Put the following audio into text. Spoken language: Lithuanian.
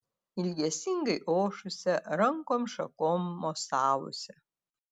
ilgesingai ošusia rankom šakom mosavusia